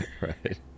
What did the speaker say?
right